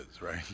right